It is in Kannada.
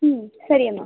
ಹ್ಞೂ ಸರಿಯಮ್ಮ